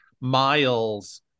Miles